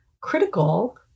critical